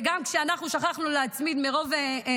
וגם כשאנחנו שכחנו להצמיד את החוק שלי מרוב משימות,